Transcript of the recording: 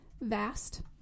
vast